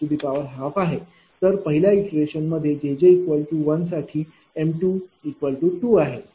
तर पहिल्या इटरेशनमध्ये jj1 साठी m22 आहे